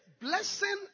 Blessing